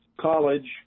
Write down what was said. college